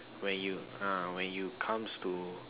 when you ah when you comes to